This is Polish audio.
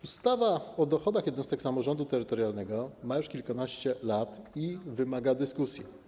Ustawa o dochodach jednostek samorządu terytorialnego ma już kilkanaście lat i wymaga dyskusji.